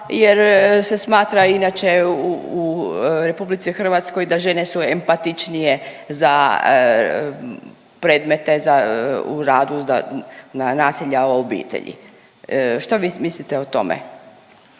jer se smatra inače u RH da žene su empatičnije za predmete za u radu za na nasilja u obitelji. Što vi mislite o tome?